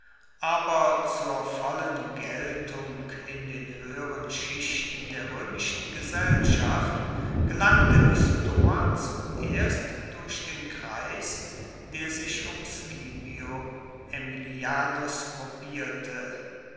aber zur vollen geltung in den höheren schichten der römischen gesellschaft gelangte die stoa zuerst durch den kreis der sich um scipio aemilianus gruppierte